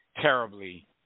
terribly